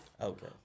Okay